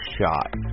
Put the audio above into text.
shot